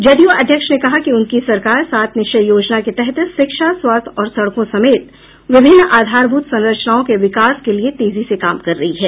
जदयू अध्यक्ष ने कहा कि उनकी सरकार सात निश्चय योजना के तहत शिक्षा स्वास्थ्य और सड़कों समेत विभिन्न आधारभूत संरचनाओं के विकास के लिये तेजी से काम कर रही है